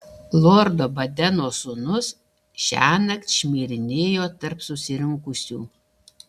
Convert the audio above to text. lordo badeno sūnus šiąnakt šmirinėjo tarp susirinkusių